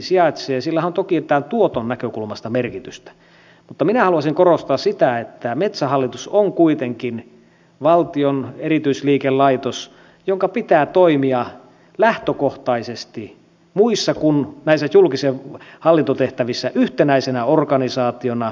sillähän on toki tämän tuoton näkökulmasta merkitystä mutta minä haluaisin korostaa sitä että metsähallitus on kuitenkin valtion erityisliikelaitos jonka pitää toimia lähtökohtaisesti muissa kuin näissä julkisissa hallintotehtävissä yhtenäisenä organisaationa johtamisenkin näkökulmasta